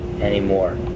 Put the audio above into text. anymore